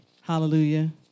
Hallelujah